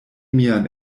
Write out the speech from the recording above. mian